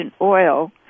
oil